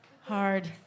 hard